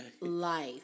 life